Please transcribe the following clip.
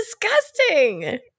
disgusting